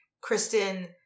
Kristen